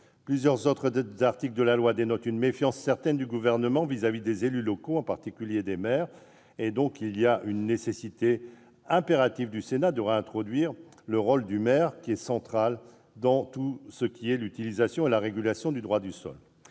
Plusieurs autres articles dénotent une méfiance certaine du Gouvernement vis-à-vis des élus locaux, en particulier des maires. Il y a donc une nécessité impérative pour le Sénat de réintroduire le rôle du maire, qui est central dans tout ce qui touche à l'utilisation et à la régulation du droit du sol.